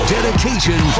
Dedication